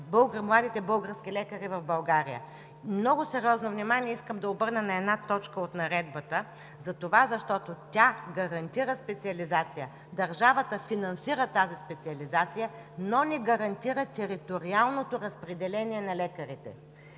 младите български лекари в България. Много сериозно внимание искам да обърна на една точка от Наредбата, защото тя гарантира специализацията. Държавата финансира тази специализация, но не гарантира териториалното разпределение на лекарите